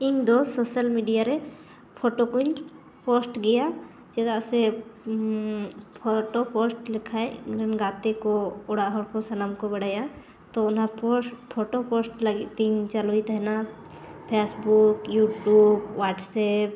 ᱤᱧ ᱫᱚ social media ᱨᱮ ᱯᱷᱳᱴᱳ ᱠᱚᱧ ᱯᱳᱥᱴ ᱜᱮᱭᱟ ᱪᱮᱫᱟᱜ ᱥᱮ ᱯᱷᱚᱴᱳ ᱯᱳᱥᱴ ᱞᱮᱠᱷᱟᱡ ᱤᱧᱨᱮᱱ ᱜᱟᱛᱮ ᱠᱚ ᱚᱲᱟᱜ ᱦᱚᱲ ᱠᱚ ᱥᱟᱱᱟᱢ ᱠᱚ ᱵᱟᱲᱟᱭᱟ ᱛᱚ ᱚᱱᱟ ᱯᱳᱥᱴ ᱯᱷᱚᱴᱳ ᱯᱳᱥᱴ ᱞᱟᱹᱜᱤᱫ ᱛᱤᱧ ᱪᱟᱹᱞᱩᱭ ᱛᱟᱦᱮᱱᱟ ᱯᱷᱮᱥᱵᱩᱠ ᱤᱭᱩᱴᱩᱵᱽ ᱦᱳᱣᱟᱴᱥᱮᱯ